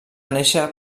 néixer